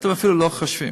שאתם אפילו לא חושבים